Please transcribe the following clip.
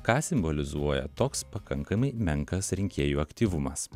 ką simbolizuoja toks pakankamai menkas rinkėjų aktyvumas